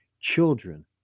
children